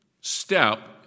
step